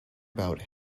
about